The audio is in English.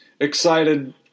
excited